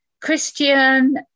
Christian